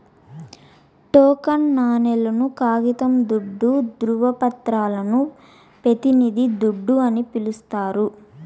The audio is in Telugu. టోకెన్ నాణేలు, కాగితం దుడ్డు, దృవపత్రాలని పెతినిది దుడ్డు అని పిలిస్తారు